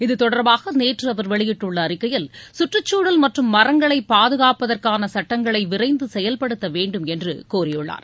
இத்தொடர்பாக நேற்று அவர் வெளியிட்டுள்ள அறிக்கையில் சுற்றுச்சூழல் மற்றும் மரங்களை பாதுகாப்பதற்கான சட்டங்களை விரைந்து செயல்படுத்த வேண்டும் என்று கோரியுள்ளார்